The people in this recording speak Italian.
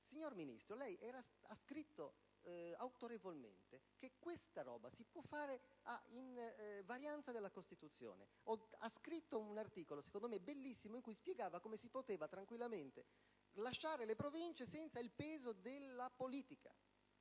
Signor Ministro, lei ha scritto autorevolmente che questo si può fare nell'invarianza della Costituzione: ha scritto un articolo, secondo me bellissimo, in cui spiegava come si poteva tranquillamente lasciare le Province senza il peso della politica.